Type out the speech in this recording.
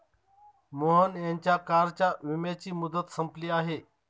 मोहन यांच्या कारच्या विम्याची मुदत संपली आहे